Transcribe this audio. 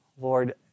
Lord